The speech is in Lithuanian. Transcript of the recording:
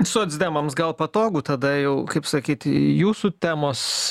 socdemams gal patogu tada jau kaip sakyt jūsų temos